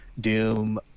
Doom